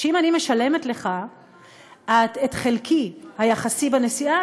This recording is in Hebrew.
שאם אני משלמת לך את חלקי היחסי בנסיעה,